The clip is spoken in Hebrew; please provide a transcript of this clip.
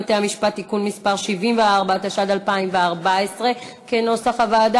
הביטוח הלאומי יקשיח שוב את מתן הקצבאות והגמלאות וכל מה שהוא נותן,